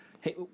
hey